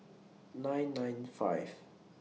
nine nine five